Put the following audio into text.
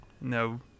no